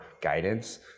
guidance